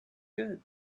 good